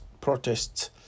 protests